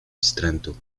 wstrętu